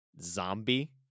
zombie